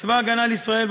צבא ההגנה לישראל,